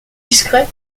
discret